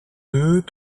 deux